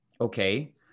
okay